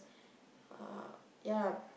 uh yeah lah